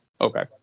Okay